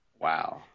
Wow